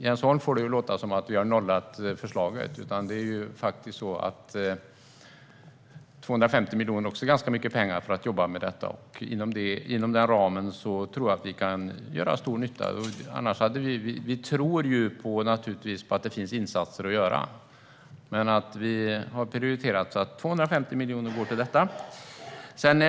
Jens Holm får det att låta som att vi har nollat förslaget, men 250 miljoner är också ganska mycket pengar för att jobba med detta. Inom den ramen kan stor nytta göras. Vi tror att det finns insatser att göra, men vi har prioriterat så att 250 miljoner går till detta.